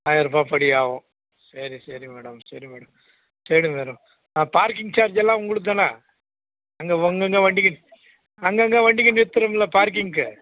ஆயிரம் ருபாய் படி ஆகும் சரி சரி மேடம் சரி மேடம் சரி மேடம் ஆ பார்க்கிங் சார்ஜெல்லாம் உங்களது தானே அங்கே உங்கங்க வண்டிக்கு அங்கங்கே வண்டிக்கு நிறுத்துகிறோம்ல பார்க்கிங்க்கு